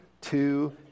two